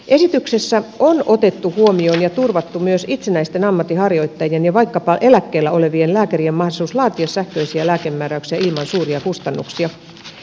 esityksessä on otettu huomioon ja turvattu myös itsenäisten ammatinharjoittajien ja vaikkapa eläkkeellä olevien lääkärien mahdollisuus laatia sähköisiä lääkemääräyksiä ilman suuria kustannuksia